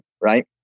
Right